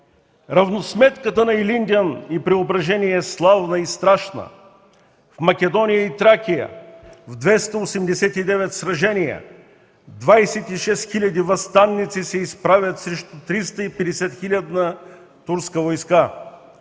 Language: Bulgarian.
Равносметката на Илинден и Преображение е славна и страшна! В Македония и Тракия в 289 сражения 26 хиляди въстаници се изправят срещу 350-хилядна турска войска.